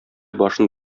башын